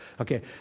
Okay